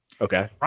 Okay